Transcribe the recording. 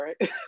right